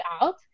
out